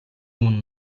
өмнө